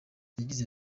yagize